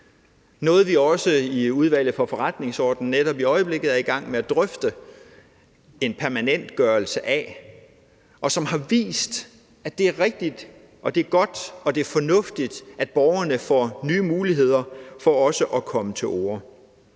som vi også i Udvalget for Forretningsordenen netop er i gang med at drøfte en permanentgørelse af, og som har vist, at det er rigtigt og godt og fornuftigt, at borgerne får nye muligheder for også at komme til orde.